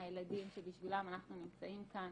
הילדים שבשבילם אנחנו נמצאים כאן,